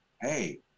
Hey